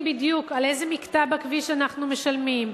בדיוק על איזה מקטע בכביש אנחנו משלמים,